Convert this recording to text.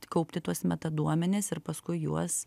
kaupti tuos metaduomenis ir paskui juos